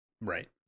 Right